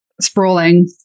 sprawling